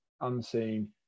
unseen